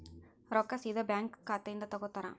ರೊಕ್ಕಾ ಸೇದಾ ಬ್ಯಾಂಕ್ ಖಾತೆಯಿಂದ ತಗೋತಾರಾ?